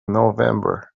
november